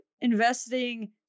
investing